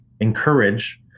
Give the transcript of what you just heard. encourage